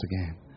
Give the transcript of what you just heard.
again